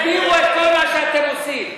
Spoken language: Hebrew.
הם יסבירו את כל מה שאתם עושים.